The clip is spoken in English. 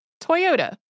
Toyota